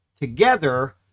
Together